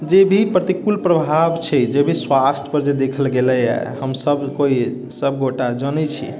जे भी प्रतिकूल प्रभाव छै जे भी स्वास्थ्य पर जे देखल गेलै हमसब कोइ सब गोटा जनै छी